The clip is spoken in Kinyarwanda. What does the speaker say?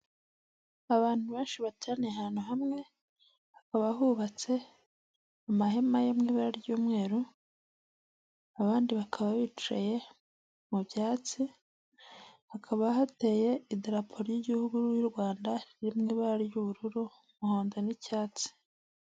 Abantu benshi bateraniye ahantu hamwe, hakaba hubatse amahema yo mu ibara ry'umweru abandi bakaba bicaye mu byatsi. Hakaba hateye idarapo ry'igihuru y'u Rwanda riri mu ibara ry'ubururu, muhondo n'icyatsi.